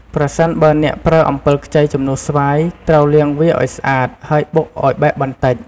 ប្រសិនបើអ្នកប្រើអំពិលខ្ចីជំនួសស្វាយ ត្រូវលាងវាឲ្យស្អាត ហើយបុកឲ្យបែកបន្តិច។